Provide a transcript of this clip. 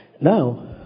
Now